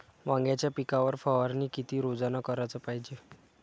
वांग्याच्या पिकावर फवारनी किती रोजानं कराच पायजे?